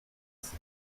sept